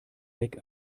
weg